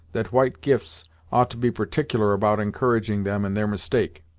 that white gifts ought to be particular about encouraging them in their mistake.